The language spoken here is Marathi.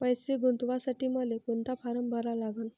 पैसे गुंतवासाठी मले कोंता फारम भरा लागन?